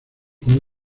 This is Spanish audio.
como